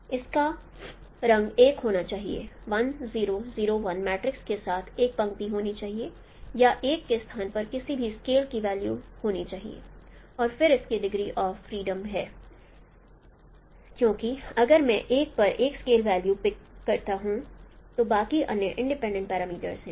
इसका रंग एक होना चाहिए 1 0 0 1 के साथ एक पंक्ति होनी चाहिए या 1 के स्थान पर किसी भी स्केल की वेल्यू होना चाहिए और फिर इसकी डिग्री ऑफ फ्रीडम है क्योंकि अगर मैं 1 पर एक स्केल वेल्यू पिक हूं तो बाकी अन्य इंडिपेंडेंट पैरामीटर हैं